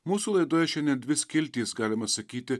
mūsų laidoje šiandien dvi skiltys galima sakyti